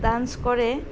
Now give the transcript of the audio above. dance কৰে